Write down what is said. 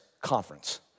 conference